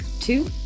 two